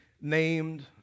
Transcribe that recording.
named